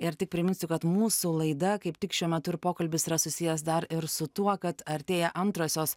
ir tik priminsiu kad mūsų laida kaip tik šiuo metu ir pokalbis yra susijęs dar ir su tuo kad artėja antrosios